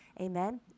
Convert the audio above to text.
Amen